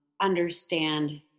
understand